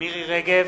מירי רגב,